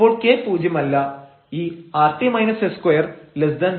അപ്പോൾ k പൂജ്യമല്ല ഈ rt s20